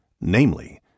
namely